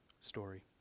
story